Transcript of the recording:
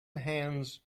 hands